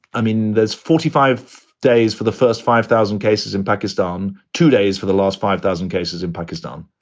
i mean, there's forty five days for the first five thousand cases in pakistan, two days for the last five thousand cases in pakistan.